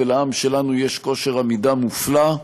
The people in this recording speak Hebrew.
ולעם שלנו יש כושר עמידה מופלא,